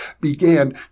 began